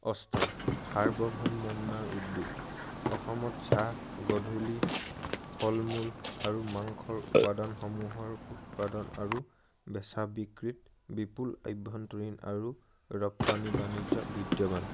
অষ্টম সাৰ্বভৌমন্নাৰ উদ্যোগ অসমত চাহ গধূলি ফল মূল আৰু মাংসৰ উপাদানসমূহৰ উৎপাদন আৰু বেচা বিক্ৰীত বিপুল আভ্যন্তৰীণ আৰু ৰপ্তানি বাণিজ্য বিদ্যমান